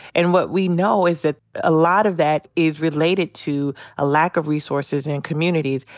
and what we know is that a lot of that is related to a lack of resources in communities.